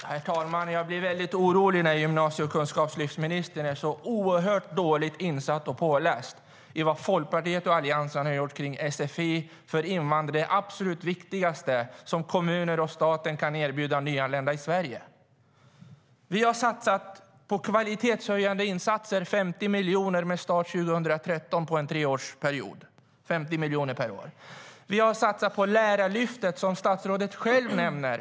Herr talman! Jag blir väldigt orolig när gymnasie och kunskapslyftsministern är så dåligt insatt i och påläst om vad Folkpartiet och Alliansen har gjort för sfi, som är det absolut viktigaste som kommuner och staten kan erbjuda nyanlända i Sverige. Vi har satsat 50 miljoner på kvalitetshöjande insatser under en treårsperiod med start 2013 - 50 miljoner per år. Vi har satsat på Lärarlyftet, som statsrådet själv nämner.